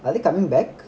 are they coming back